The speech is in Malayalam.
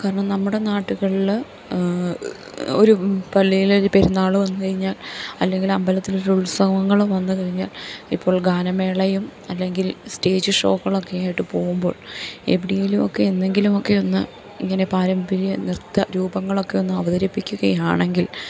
കാരണം നമ്മുടെ നാടുകളിൽ ഒരു പള്ളിയിലൊരു പെരുന്നാള് വന്ന് കഴിഞ്ഞാൽ അല്ലെങ്കിൽ അമ്പലത്തിലൊരു ഉത്സവങ്ങളും വന്ന് കഴിഞ്ഞാൽ ഇപ്പോൾ ഗാനമേളയും അല്ലെങ്കിൽ സ്റ്റേജ് ഷോകളൊക്കെയായിട്ട് പോകുമ്പോൾ എവിടെലുമൊക്കെ എന്നെങ്കിലുമൊക്കെയൊന്ന് ഇങ്ങനെ പാരമ്പര്യ നൃത്ത രൂപങ്ങളൊക്കെ ഒന്ന് അവതരിപ്പിക്കുകയാണെങ്കിൽ